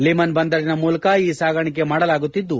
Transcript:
lemon ಬಂದರಿನ ಮೂಲಕ ಈ ಸಾಗಾಣಿಕೆ ಮಾಡಲಾಗುತ್ತಿದ್ದು